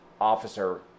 officer